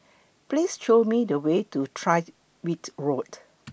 Please Show Me The Way to Tyrwhitt Road